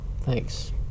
Thanks